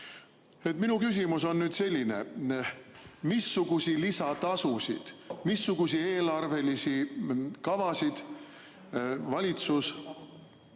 Minu küsimus on selline: missuguseid lisatasusid, missuguseid eelarvelisi kavasid valitsus